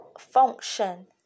function